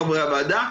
חברי הוועדה,